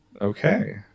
Okay